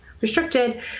restricted